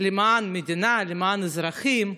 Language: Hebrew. למען המדינה, למען האזרחים,